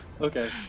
Okay